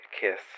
kiss